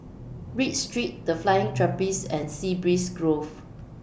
Read Street The Flying Trapeze and Sea Breeze Grove